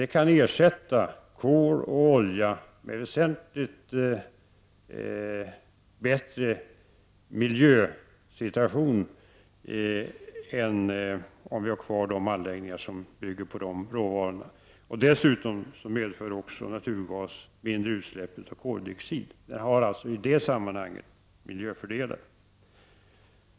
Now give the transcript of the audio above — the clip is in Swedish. Den kan ersätta kol och olja och skapa en väsentligt bättre miljösituation än om vi har kvar de anläggningar som bygger på dessa råvaror. Dessutom medför naturgas mindre utsläpp av koldioxid. Det innebär i detta sammanhang miljöfördelar.